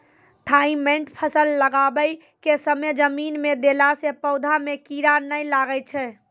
Thimet फ़सल लगाबै के समय जमीन मे देला से पौधा मे कीड़ा नैय लागै छै?